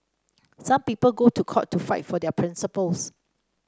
some people go to court to fight for their principles